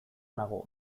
nago